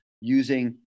using